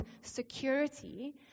security